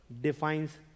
defines